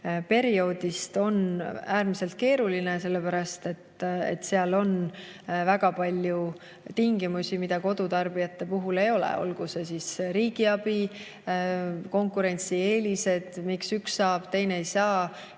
perioodist, on äärmiselt keeruline. Seal on väga palju tingimusi, mida kodutarbijate puhul ei ole, olgu see siis riigiabi, konkurentsieelised, miks üks saab, teine ei saa,